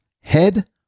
head